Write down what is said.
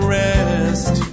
rest